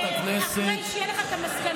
אתה תקדם את החוק אחרי שיהיו לך המסקנות?